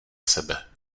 sebe